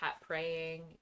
praying